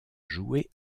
jouer